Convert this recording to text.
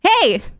hey